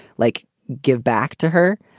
like give back to her.